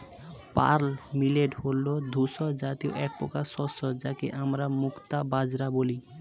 pearl millet হল ধূসর জাতীয় একপ্রকার শস্য যাকে আমরা মুক্তা বাজরা বলি